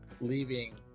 leaving